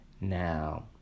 Now